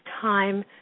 time